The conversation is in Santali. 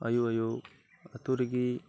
ᱟᱹᱭᱩᱵ ᱟᱹᱭᱩᱵ ᱟᱹᱛᱩ ᱨᱮᱜᱮ